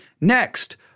Next